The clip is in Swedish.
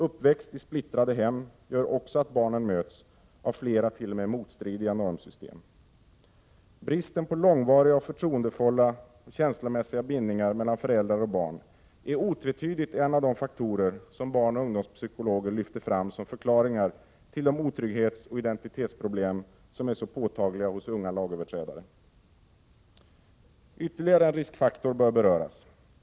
Uppväxt i splittrade hem gör också att barnen möts av flera, t.o.m. motstridiga normsystem. Bristen på långvariga förtroendefulla och känslomässiga bindningar mellan föräldrar och barn är otvetydigt en av de faktorer som barnoch ungdomspsykologer lyfter fram som förklaringar till de otrygghetsoch identitetsproblem som är så påtagliga hos unga lagöverträdare. Ytterligare en riskfaktor bör beröras.